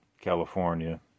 California